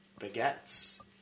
baguettes